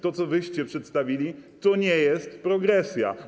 To, co wyście przedstawili, to nie jest progresja.